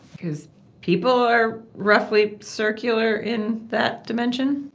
cause people are roughly circular in that dimension?